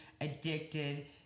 addicted